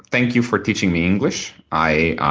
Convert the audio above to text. thank you for teaching me english. i